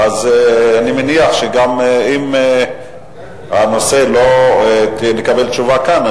אני מניח שאם לא נקבל תשובה כאן,